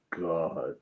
god